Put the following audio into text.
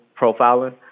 profiling